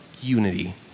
unity